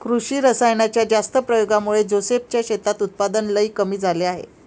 कृषी रासायनाच्या जास्त प्रयोगामुळे जोसेफ च्या शेतात उत्पादन लई कमी झाले आहे